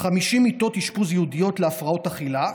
50 מיטות אשפוז ייעודיות להפרעות אכילה.